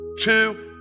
Two